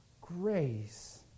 grace